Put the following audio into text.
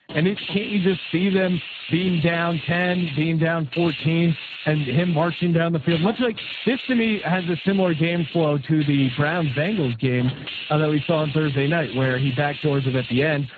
and it can't, you just see them being down ten, being down fourteen and him marching down the field much like this to me has a similar game flow to the browns bengals game ah that we saw on thursday night where he backdoors it at the end.